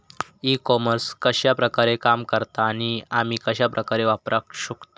E commerce कश्या प्रकारे काम करता आणि आमी कश्या प्रकारे वापराक शकतू?